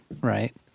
right